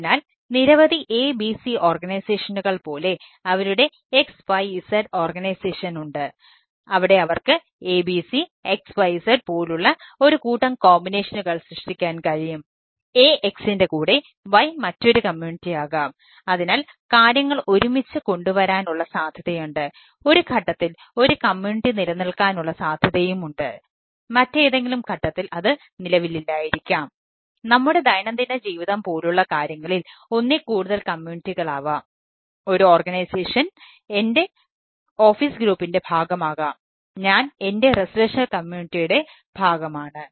അതിനാൽ നിരവധി A B C ഓർഗനൈസേഷനുകൾ ഭാഗമാണ്